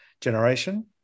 generation